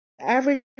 average